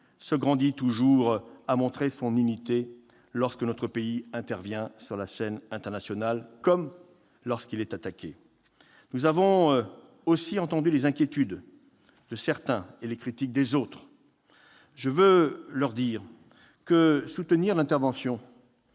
se grandit toujours à montrer son unité lorsque notre pays intervient sur la scène internationale, comme lorsqu'il est attaqué. Nous avons entendu les inquiétudes de certains et les critiques des autres. Je veux leur dire que soutenir l'intervention